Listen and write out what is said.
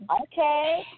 Okay